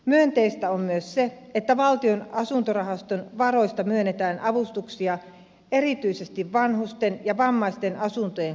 myönteistä on myös se että valtion asuntorahaston varoista myönnetään avustuksia erityisesti vanhusten ja vammaisten asuntojen korjauksia varten